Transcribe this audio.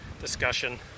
discussion